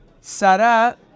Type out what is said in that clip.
Sarah